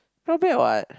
not bad what